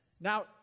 Now